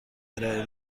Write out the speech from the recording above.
ارائه